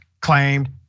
claimed